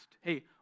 hey